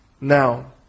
now